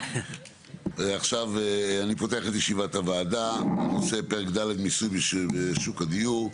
עכשיו אני פותח את ישיבת הוועדה בנושא פרק ד' (מיסוי בשוק הדיור),